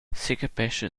secapescha